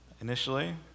initially